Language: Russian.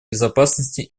безопасности